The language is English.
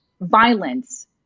violence